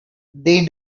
they